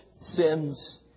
sins